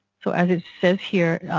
so as it says here,